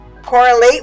correlate